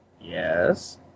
Yes